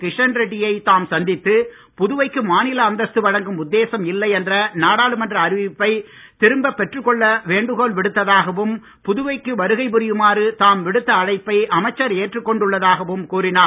கிஷன் ரெட்டியை தாம் சந்தித்து புதுவைக்கு மாநில அந்தஸ்து வழங்கும் உத்தேசம் இல்லை என்ற நாடாளுமன்ற அறிவிப்பை திரும்பப் பெற்றுக் கொள்ள வேண்டுகோள் விடுத்ததாகவும் புதுவைக்கு வருகை புரியுமாறு தாம் விடுத்த அழைப்பை அமைச்சர் ஏற்றுக்கொண்டு உள்ளதாகவும் கூறினார்